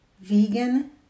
Vegan